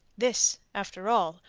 this, after all,